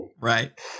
Right